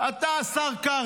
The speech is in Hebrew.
עתה השר קרעי